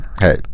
Hey